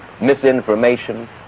misinformation